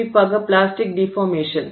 குறிப்பாக plastic deformation